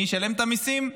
מי ישלם את המיסים?